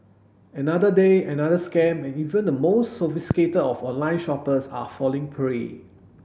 another day another scam and even the most sophisticated of online shoppers are falling prey